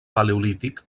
paleolític